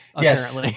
Yes